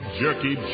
jerky